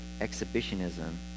exhibitionism